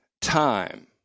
time